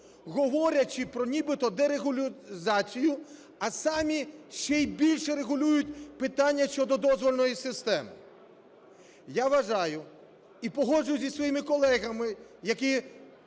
говорячи про нібито дерегуляризацію, а самі ще й більше регулюють питання щодо дозвільної системи? Я вважаю, і погоджуюся зі своїми колегами, які